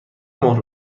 مهر